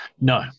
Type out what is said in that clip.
No